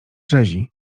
rzezi